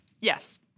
Yes